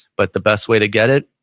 but the best way to get it,